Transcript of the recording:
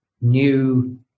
new